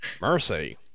Mercy